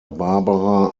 barbara